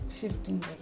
shifting